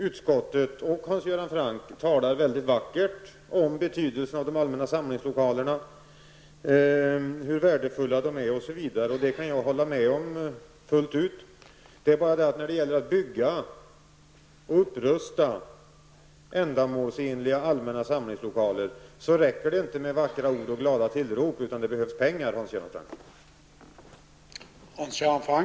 Utskottet och Hans Göran Franck talar mycket vackert om betydelsen av de allmänna samlingslokalerna, om hur värdefulla de är osv. Det kan jag fullt ut hålla med om. Men när det gäller att bygga och upprusta ändamålsenliga allmänna samlingslokaler räcker det inte med vackra ord och glada tillrop, utan det behövs pengar, Hans Göran